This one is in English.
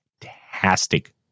fantastic